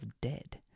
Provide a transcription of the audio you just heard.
dead